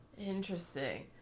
Interesting